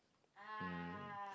um